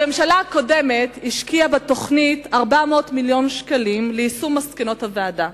הממשלה הקודמת השקיעה בתוכנית 400 מיליון שקלים ליישום מסקנות הוועדה.